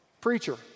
preacher